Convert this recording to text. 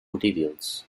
materials